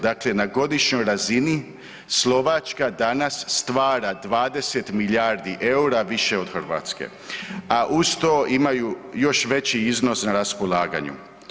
Dakle, na godišnjoj razini Slovačka danas stvara 20 milijardi eura više od Hrvatske, a uz to imaju još veći iznos na raspolaganju.